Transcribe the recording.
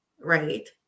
right